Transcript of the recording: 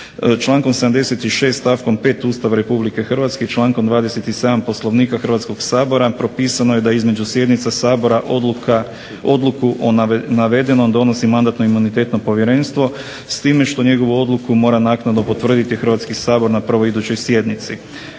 Člankom 76. stavkom 5. Ustava Republike Hrvatske, člankom 27. Poslovnika Hrvatskog sabora propisano je da između sjednica Sabora odluku o navedenom donosi Mandatno-imunitetno povjerenstvo, s time što njegovu odluku mora naknadno potvrditi Hrvatski sabor na prvoj idućoj sjednici.